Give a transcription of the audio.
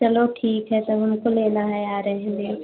चलो ठीक है तब हमको लेना है आ रहे हैं लेने